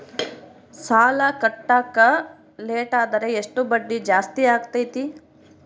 ಸಾಲ ಕಟ್ಟಾಕ ಲೇಟಾದರೆ ಎಷ್ಟು ಬಡ್ಡಿ ಜಾಸ್ತಿ ಆಗ್ತೈತಿ?